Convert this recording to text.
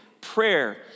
prayer